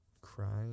crying